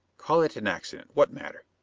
call it an accident what matter?